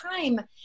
time